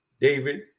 David